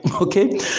okay